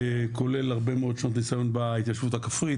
כולל הרבה מאוד שנות ניסיון בהתיישבות הכפרית,